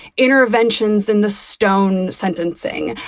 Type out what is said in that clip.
interventions in the stone sentencing,